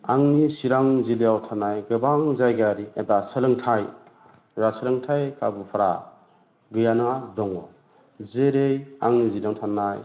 आंनि चिरां जिल्लायाव थानाय गोबां जायगायारि एबा सोलोंथाइ रा सोलोंथाइ खाबुफोरा गैया ना दङ जेरै आंनिजितआवनो थानाय